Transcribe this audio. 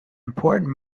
important